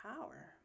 power